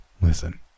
listen